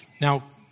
Now